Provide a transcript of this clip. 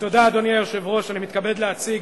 אדוני היושב-ראש, תודה, אני מתכבד להציג